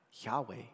Yahweh